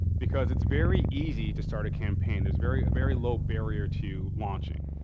because it's very easy to start a campaign. there's very very low barrier to launching.